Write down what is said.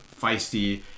feisty